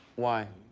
why?